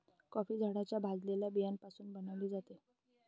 coffee झाडाच्या भाजलेल्या बियाण्यापासून बनविली जाते